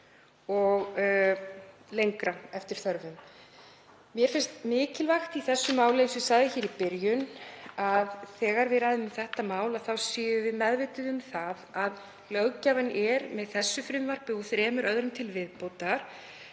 og lengra eftir þörfum. Mér finnst mikilvægt í þessu máli, eins og ég sagði í byrjun, að þegar við ræðum um það séum við meðvituð um það að löggjafinn er með þessu frumvarpi og þremur til viðbótar